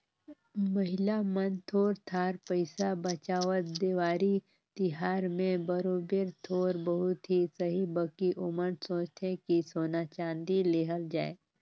महिला मन थोर थार पइसा बंचावत, देवारी तिहार में बरोबेर थोर बहुत ही सही बकि ओमन सोंचथें कि सोना चाँदी लेहल जाए